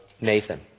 Nathan